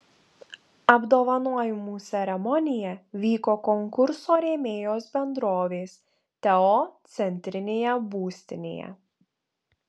apdovanojimų ceremonija vyko konkurso rėmėjos bendrovės teo centrinėje būstinėje